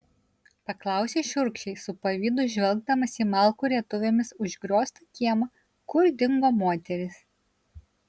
paklausė šiurkščiai su pavydu žvelgdamas į malkų rietuvėmis užgrioztą kiemą kur dingo moterys